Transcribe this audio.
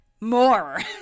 more